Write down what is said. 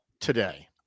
today